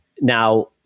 now